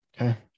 Okay